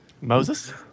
Moses